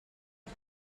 but